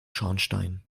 schornstein